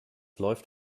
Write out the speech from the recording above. läuft